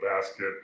basket